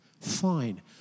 Fine